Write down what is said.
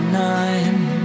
nine